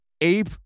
ape